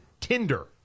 Tinder